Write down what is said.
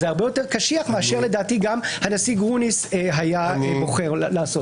זה הרבה יותר קשיח גם ממה שהנשיא גרוניס היה בוחר לעשות,